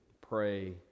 pray